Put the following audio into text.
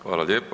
Hvala lijepa.